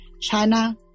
China